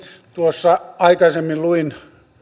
tuossa aikaisemmin luin